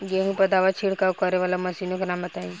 गेहूँ पर दवा छिड़काव करेवाला मशीनों के नाम बताई?